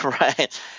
Right